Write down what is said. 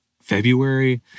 February